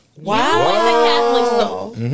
Wow